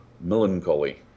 melancholy